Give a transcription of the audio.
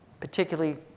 particularly